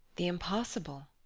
the impossible?